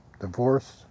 divorce